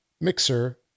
Mixer